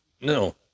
No